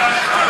אנחנו